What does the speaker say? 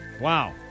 Wow